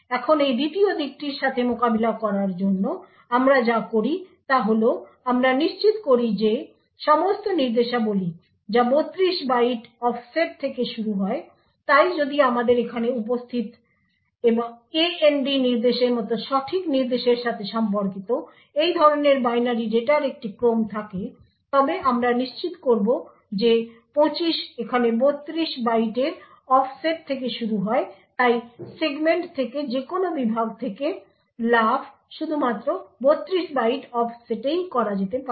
এখন এই দ্বিতীয় দিকটির সাথে মোকাবেলা করার জন্য আমরা যা করি তা হল আমরা নিশ্চিত করি যে সমস্ত নির্দেশাবলী যা 32 বাইট অফসেট থেকে শুরু হয় তাই যদি আমাদের এখানে উপস্থিত AND নির্দেশের মতো সঠিক নির্দেশের সাথে সম্পর্কিত এই ধরনের বাইনারি ডেটার একটি ক্রম থাকে তবে আমরা নিশ্চিত করব যে 25 এখানে 32 বাইটের অফসেট থেকে শুরু হয় তাই সেগমেন্ট থেকে যে কোনও বিভাগ থেকে লাফ শুধুমাত্র 32 বাইট অফসেটেই করা যেতে পারে